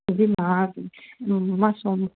अॼु न मां सोमु